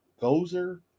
Gozer